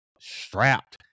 strapped